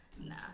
Nah